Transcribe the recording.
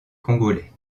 congolais